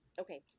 Okay